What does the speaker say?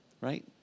right